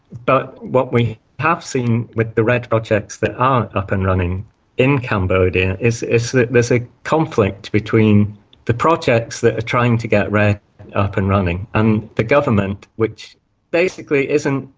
but what we have seen with the redd projects that are up and running in cambodia is is that there is a conflict between the projects that are trying to get redd up and running and the government which basically isn't,